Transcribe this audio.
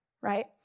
right